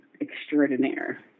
extraordinaire